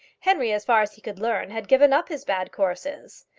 henry, as far as he could learn, had given up his bad courses.